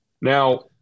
Now